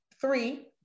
three